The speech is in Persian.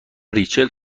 ریچل